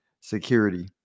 security